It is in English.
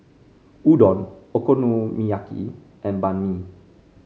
Udon Okonomiyaki and Banh Mi